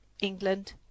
England